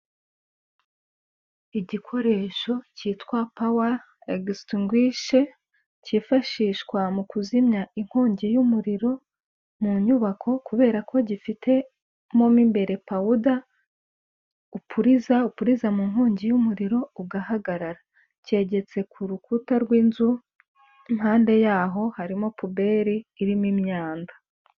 Igikoresho cyitwa Pawa egisitingwishe, cyifashishwa mu kuzimya inkongi y'umuriro mu nyubako, kubera ko gifite mo mo imbere pawuda upuriza, upuriza mu nkongi y'umuriro ugahagarara. Cyegetse ku rukuta rw'inzu, impande yaho harimo pubeli irimo imyanda.